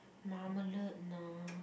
Marmalade no